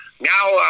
now